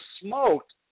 smoked